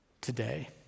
today